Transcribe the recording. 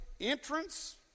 entrance